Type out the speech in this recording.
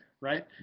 right